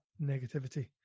negativity